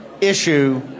issue